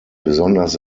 besonders